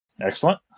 Excellent